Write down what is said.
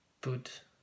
put